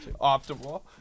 optimal